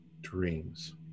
dreams